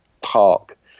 park